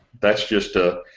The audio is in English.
that's just ah.